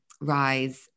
rise